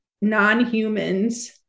non-humans